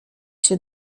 się